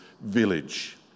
village